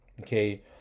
Okay